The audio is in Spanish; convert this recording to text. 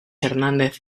hernández